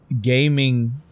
gaming